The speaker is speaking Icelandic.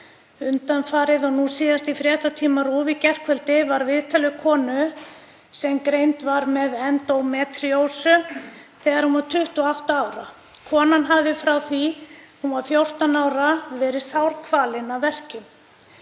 endómetríósu og nú síðast í fréttatíma RÚV í gærkvöldi var viðtal við konu sem greind var með endómetríósu þegar hún var 28 ára. Konan hafði frá því að hún var 14 ára verið sárkvalin af verkjum.